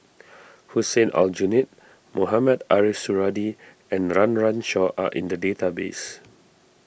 Hussein Aljunied Mohamed Ariff Suradi and Run Run Shaw are in the database